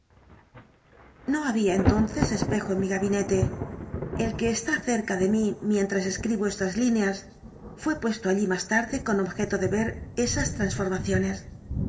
no había entonces espejo en mi gabinete el que está cerca de mí mientras escribo estas líneas fué puesto allí más tarde con objeto de ver esas transformaciones